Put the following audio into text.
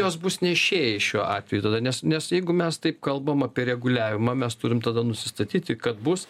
jos bus nešėjai šiuo atveju tada nes nes jeigu mes taip kalbam apie reguliavimą mes turim tada nusistatyti kad bus